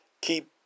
keep